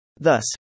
Thus